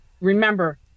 remember